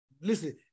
Listen